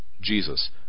Jesus